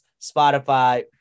spotify